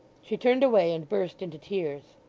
she turned away and burst into tears.